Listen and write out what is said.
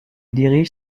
dirige